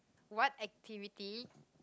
what activity